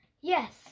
Yes